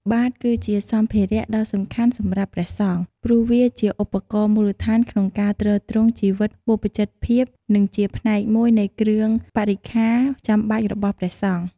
បាតគឺជាសម្ភារៈដ៏សំខាន់សម្រាប់ព្រះសង្ឃ ព្រោះវាជាឧបករណ៍មូលដ្ឋានក្នុងការទ្រទ្រង់ជីវិតបព្វជិតភាព និងជាផ្នែកមួយនៃគ្រឿងបរិក្ខារចាំបាច់របស់ព្រះសង្ឃ។